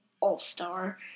all-star